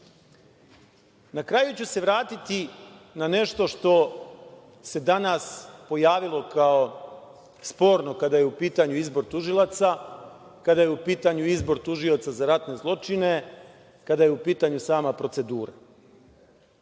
kraju ću se vratiti na nešto što se danas pojavilo kao sporno kada je u pitanju izbor tužilaca, kada je u pitanju izbor tužioca za ratne zločine, kada je u pitanju sama procedura.